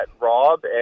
Rob